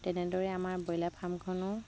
তেনেদৰে আমাৰ ব্ৰইলাৰ ফাৰ্মখনো